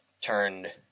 turned